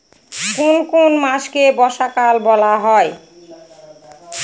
কোন কোন মাসকে বর্ষাকাল বলা হয়?